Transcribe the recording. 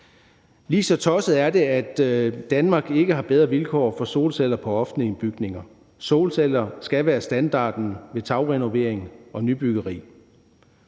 Lige så tosset er det, at Danmark ikke har bedre vilkår for solceller på offentlige bygninger. Solceller skal være standarden ved tagrenovering og nybyggeri.